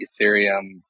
Ethereum